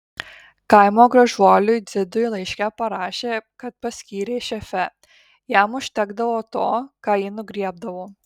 kaimo gražuoliui dzidui laiške parašė kad paskyrė šefe jam užtekdavo to ką ji nugriebdavo